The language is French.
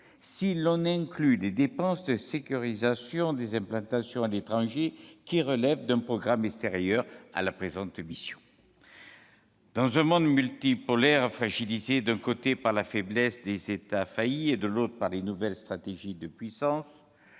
puisque les dépenses de sécurisation des implantations à l'étranger relèvent d'un programme extérieur à la présente mission. Dans un monde multipolaire fragilisé, d'un côté, par la faiblesse des États faillis et, de l'autre, par les nouvelles stratégies de puissance,